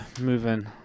moving